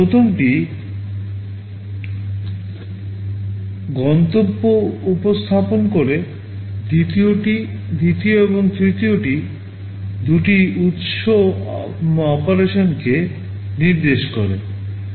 প্রথমটি গন্তব্য উপস্থাপন করে দ্বিতীয় এবং তৃতীয়টি দুটি উৎস অপারেশনকে নির্দেশ করে